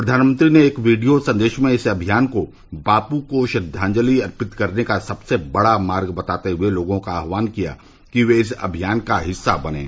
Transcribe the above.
प्रवानमंत्री ने एक वीडियो संदेश में इस अभियान को बापू को श्रद्दांजलि अर्पित करने का सबसे बड़ा मार्ग बताते हुए लोगों का आह्वान किया कि वे इस अभियान का हिस्सा बनें